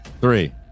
three